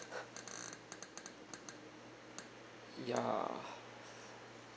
ya